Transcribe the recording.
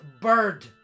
bird